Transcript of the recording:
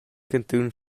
cantun